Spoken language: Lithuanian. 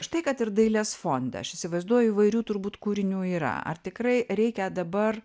štai kad ir dailės fonde aš įsivaizduoju įvairių turbūt kūrinių yra ar tikrai reikia dabar